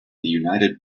united